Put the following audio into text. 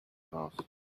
house